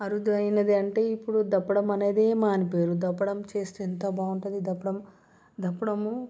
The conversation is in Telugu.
అరుదైనది అంటే ఇప్పుడు దప్పడం అనేదే మానేశారు దప్పడం చేస్తే ఎంత బాగుంటుంది దప్పడం దప్పడము